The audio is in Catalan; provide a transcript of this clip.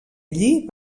allí